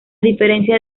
diferencia